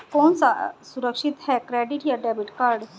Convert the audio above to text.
कौन सा सुरक्षित है क्रेडिट या डेबिट कार्ड?